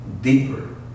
deeper